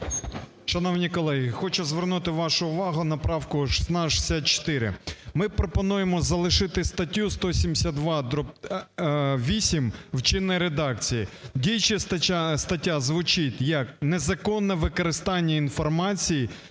Шановні колеги, хочу звернути вашу увагу на правку 1664. Ми пропонуємо залишити статтю 172 дріб 8 в чинній редакції, діюча стаття звучить як "Незаконне використання інформації,